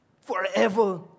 forever